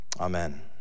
Amen